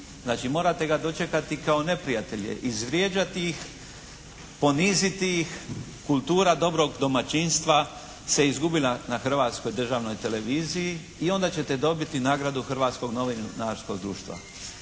znači morate ga dočekati kao neprijatelje. Izvrijeđati ih, poniziti ih. Kultura dobrog domaćinstva se izgubila na Hrvatskoj državnoj televiziji i onda ćete dobiti nagradu Hrvatskog novinarskog društva.